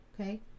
okay